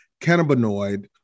cannabinoid